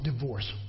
divorce